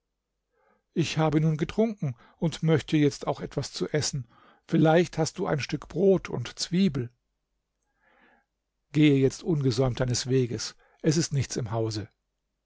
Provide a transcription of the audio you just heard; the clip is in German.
ich habe nun getrunken ich möchte jetzt auch etwas zu essen vielleicht hast du ein stück brot und zwiebel gehe jetzt ungesäumt deines weges es ist nichts im hause